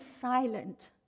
silent